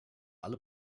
alle